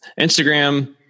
Instagram